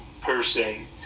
person